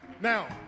Now